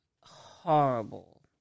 horrible